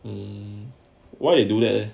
um why you do that